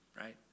right